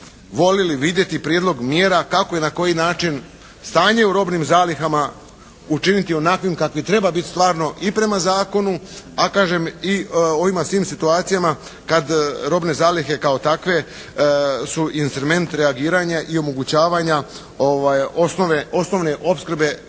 volili vidjeti prijedlog mjera kako i na koji način stanje u robnim zalihama učiniti onakvim kakvi treba biti stvarno i prema zakonu a kažem i u ovima svim situacijama kad robne zalihe kao takve su instrument reagiranja i omogućavanja osnovne opskrbe